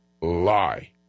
lie